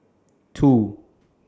two